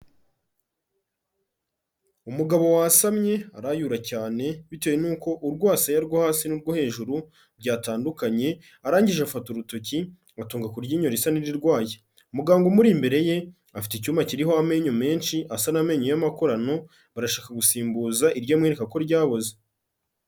Umugabo wasamye arayura cyane bitewe nuko urwasaya rwo hasi n'urwo hejuru byatandukanye. Arangije afata urutoki arutunga ku ryinyo risa n'irirwaye. Umuganga umuri imbere ye afite icyuma kiriho amenyo menshi asa n'amenyo y'amakorano barashaka gusimbuza iryo amwereka ko ryaboze.